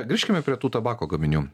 grįžkime prie tų tabako gaminių